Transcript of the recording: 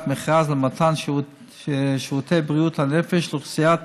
מכרז למתן שירותי בריאות הנפש לאוכלוסיית